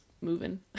moving